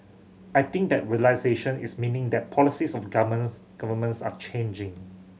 I think that realisation is meaning that policies of governments are changing